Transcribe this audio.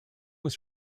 was